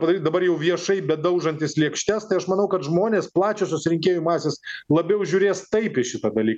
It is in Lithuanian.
padaryt dabar jau viešai bedaužantis lėkštes tai aš manau kad žmonės plačiosios rinkėjų masės labiau žiūrės taip į šitą dalyką